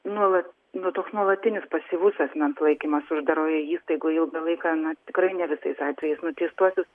nuolat nu toks nuolatinis pasyvus asmens laikymas uždaroje įstaigoje ilgą laiką na tikrai ne visais atvejais nuteistuosius